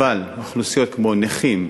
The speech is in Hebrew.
אבל אוכלוסיות כמו נכים,